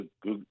good